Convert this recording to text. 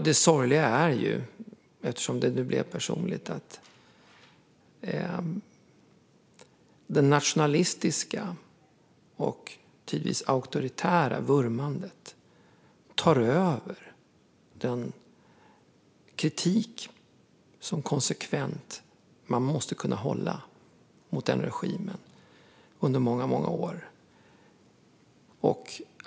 Det sorgliga är - eftersom det nu blev personligt - att det nationalistiska och tidvis auktoritära vurmandet tar över den kritik som man konsekvent måste kunna rikta mot den regimen under många, många år.